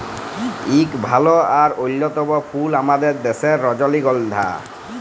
ইক ভাল আর অল্যতম ফুল আমাদের দ্যাশের রজলিগল্ধা